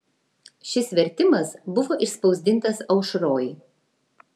šis vertimas buvo išspausdintas aušroj